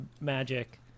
magic